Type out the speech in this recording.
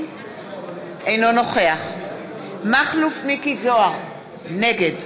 אינו נוכח מכלוף מיקי זוהר, נגד